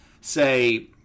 say